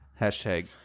Hashtag